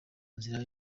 nzira